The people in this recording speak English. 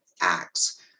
acts